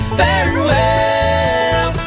farewell